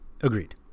Agreed